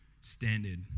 standard